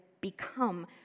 become